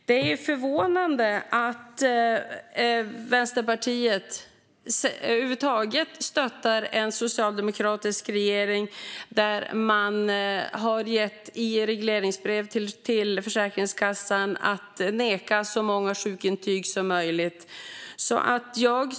Det är också förvånande att Vänsterpartiet stöttar en socialdemokratiskt ledd regering som i sitt regleringsbrev gett Försäkringskassan i uppgift att neka så många som möjligt sjukintyg.